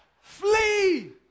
flee